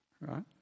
right